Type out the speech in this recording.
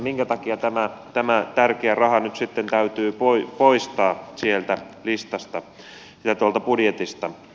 minkä takia tämä tärkeä raha nyt sitten täytyy poistaa sieltä listasta ja tuolta budjetista